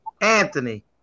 Anthony